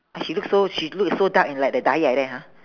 and she look so she look so dark in like the dye like that ha